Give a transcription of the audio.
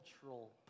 cultural